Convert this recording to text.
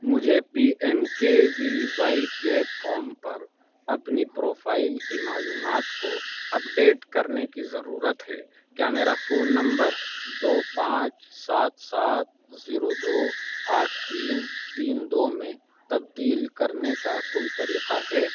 مجھے P M K V Y platform پر اپنی پروفائل کی معلومات کو اپڈیٹ کرنے کی ضرورت ہے کیا میرا فون نمبر دو پانچ سات سات زیرو دو آٹھ تین تین دو میں تبدیل کرنے کا کوئی طریقہ ہے